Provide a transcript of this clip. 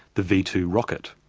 the v two rocket,